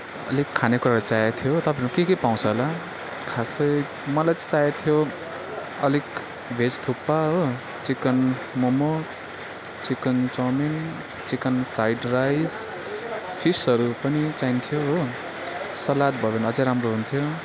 अलिक खाने कुराहरू चाहिएको थियो तपाईँकोमा के के पाउँछ होला खासै मलाई चाहिँ चाहिएको थियो अलिक भेज थुक्पा हो chicken momo chicken chowmein chicken fried rice फिसहरू पनि चाहिन्थ्यो हो सलाद भयो भने अझै राम्रो हुन्थ्यो